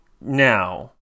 now